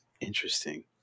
interesting